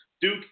Duke